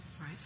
Right